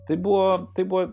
tai buvo tai buvo